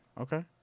Okay